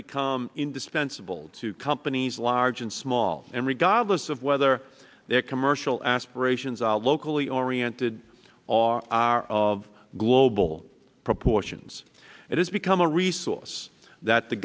become indispensable to companies large and small and regardless of whether their commercial aspirations are locally oriented are of global proportions and it's become a resource that the